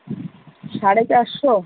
সাড়ে চারশো